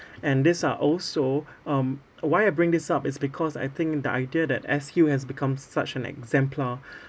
and these are also um why I bring this up is because I think the idea that S_Q has become such an exemplar